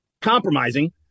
compromising